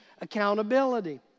accountability